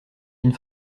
une